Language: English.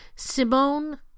Simone